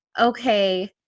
okay